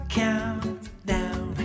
countdown